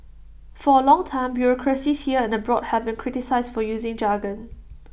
for A long time bureaucracies here and abroad have been criticised for using jargon